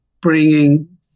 bringing